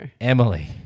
Emily